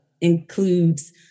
includes